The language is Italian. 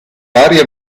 varie